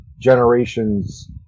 generation's